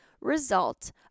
result